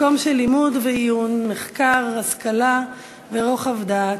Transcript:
מקום של לימוד ועיון, מחקר, השכלה ורוחב דעת.